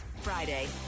Friday